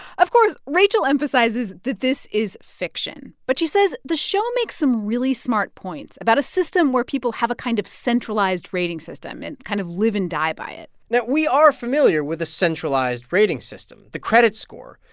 of course rachel emphasizes that this is fiction. but she says the show makes some really smart points about a system where people have a kind of centralized rating system and kind of live and die by it now, we are familiar with a centralized rating system the credit score.